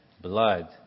blood